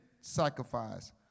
sacrifice